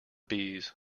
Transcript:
bees